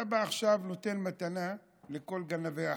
אתה בא עכשיו ונותן מתנה לכל גנבי החול,